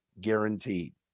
guaranteed